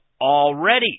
already